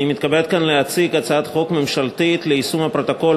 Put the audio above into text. אני מתכבד להציג כאן הצעת חוק ממשלתית ליישום הפרוטוקול